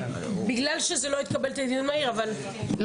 בגלל שזה לא התקבל בדיון מהיר --- מירב,